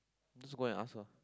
just go and ask her